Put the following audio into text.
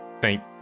Thank